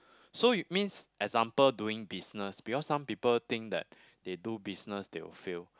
so it means example doing business because some people think that they do business they will fail